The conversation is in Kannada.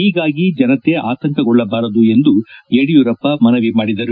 ಹೀಗಾಗಿ ಜನತೆ ಆತಂಕಗೊಳ್ಳಬಾರದು ಎಂದು ಯಡಿಯೂರಪ್ಪ ಮನವಿ ಮಾಡಿದರು